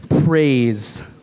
Praise